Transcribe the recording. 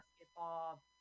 basketball